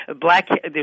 black